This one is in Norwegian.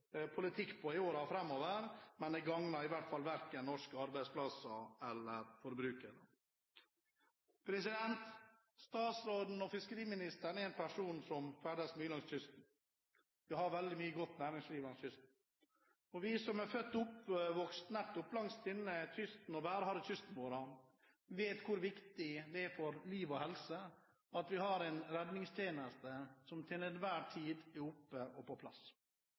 politikk på i årene framover, men det gagner i hvert fall verken norske arbeidsplasser eller forbrukere. Statsråden, fiskeriministeren, er en person som ferdes mye langs kysten. Vi har veldig mye godt næringsliv langs kysten. Vi som er født og oppvokst nettopp langs denne værharde kysten, vet hvor viktig det er for liv og helse at vi har en redningstjeneste som til enhver tid er oppe og på plass.